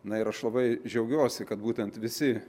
na ir aš labai džiaugiuosi kad būtent visi